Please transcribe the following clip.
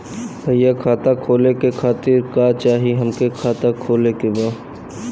भईया खाता खोले खातिर का चाही हमके खाता खोले के बा?